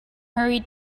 hurried